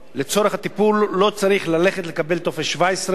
לצורך הטיפול לא צריך ללכת לקבל טופס 17,